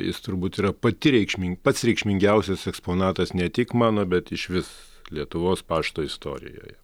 jis turbūt yra pati reikšmin pats reikšmingiausias eksponatas ne tik mano bet išvis lietuvos pašto istorijoje